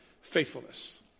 faithfulness